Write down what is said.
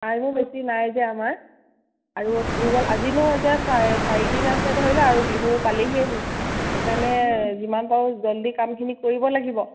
টাইমো বেছি নাই যে আমাৰ আৰু থাকি গ'ল আজিনো এতিয়া চাৰিদিন আছে ধৰি লওঁ আৰু বিহু পালিহিয়েইচোন সেইকাৰণে যিমান পাৰো জলদি কামখিনি কৰিব লাগিব